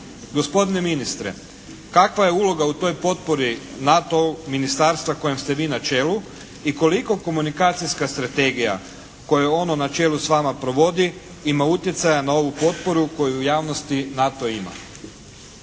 Gospodine ministre, kakva je uloga u toj potpori NATO-u ministarstva kojem ste vi na čelu i koliko komunikacijska strategija koju ono na čelu s vama provodi ima utjecaja na ovu potporu koju javnosti NATO ima?